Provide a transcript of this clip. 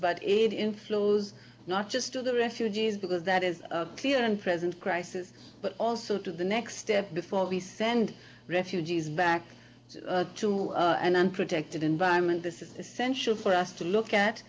but aid in flows not just to the refugees because that is a clear and present crisis but also to the next step before we send refugees back to an unprotected environment this is essential for us to look at